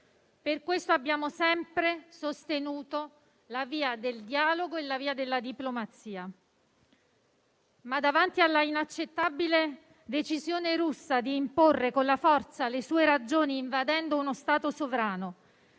Per questo abbiamo sempre sostenuto la via del dialogo e della diplomazia, ma davanti all'inaccettabile decisione russa di imporre con la forza le sue ragioni invadendo uno Stato sovrano,